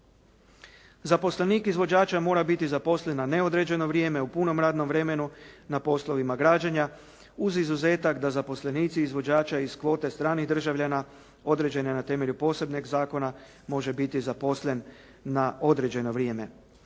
Zaposlenik izvođača mora biti zaposlen na neodređeno vrijeme u punom radnom vremenu na poslovima građenja uz izuzetak da zaposlenici izvođača iz kvote stranih državljana određene na temelju posebnog zakona može biti zaposlen na određeno vrijeme.